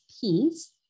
piece